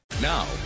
Now